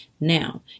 Now